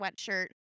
sweatshirt